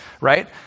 right